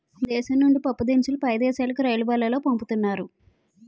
మన దేశం నుండి పప్పుదినుసులు పై దేశాలుకు రైలుబల్లులో పంపుతున్నారు